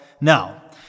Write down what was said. now